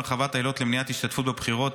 הרחבת העילות למניעת השתתפות בבחירות),